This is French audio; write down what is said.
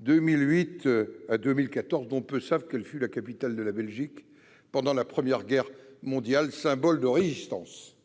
2008 à 2014, dont peu savent qu'elle fut la capitale de la Belgique pendant la Première Guerre mondiale, symbole de résistance.